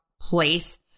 place